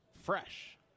fresh